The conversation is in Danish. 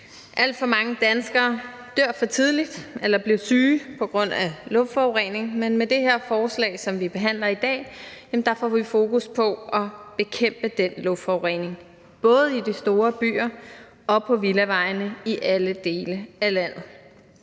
Alt for mange danskere dør for tidligt eller bliver syge på grund af luftforurening, men med det her forslag, som vi behandler i dag, får vi fokus på at bekæmpe den luftforurening, både i de store byer og på villavejene i alle dele af landet.